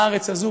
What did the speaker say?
בארץ הזאת,